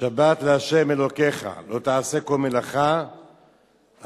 שבת לה' אלוקיך לא תעשה כל מלאכה אתה